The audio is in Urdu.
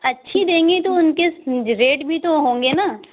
اچھی دیں گے تو اُن کے ریٹ بھی تو ہوں گے نا